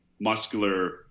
muscular